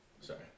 Sorry